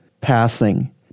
passing